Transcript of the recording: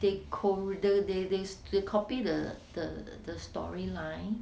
they co~ they copy the the the story line